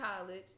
college